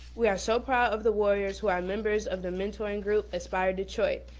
we are so proud of the warriors who are members of the mentoring group, aspire detroit.